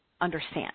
understand